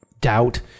doubt